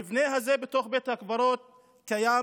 המבנה הזה בתוך בית הקברות קיים